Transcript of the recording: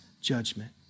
judgment